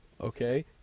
okay